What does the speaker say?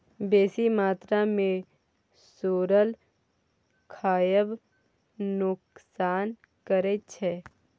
बेसी मात्रा मे सोरल खाएब नोकसान करै छै